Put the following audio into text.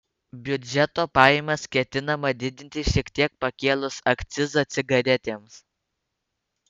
biudžeto pajamas ketinama didinti šiek tiek pakėlus akcizą cigaretėms